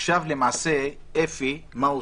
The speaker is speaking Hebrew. עכשיו למעשה מה אפי עושה?